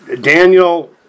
Daniel